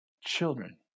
children